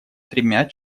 тремя